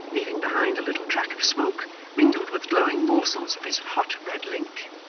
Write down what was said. leaving behind a little track of smoke mingled with glowing morsels of his hot red link.